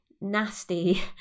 nasty